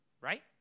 Right